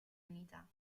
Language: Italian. unità